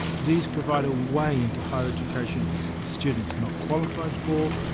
these provide a way into higher education for students not qualified for,